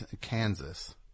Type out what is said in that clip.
Kansas